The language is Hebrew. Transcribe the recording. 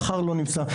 מחר לא נמצא.